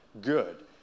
good